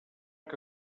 que